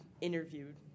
interviewed